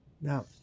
Now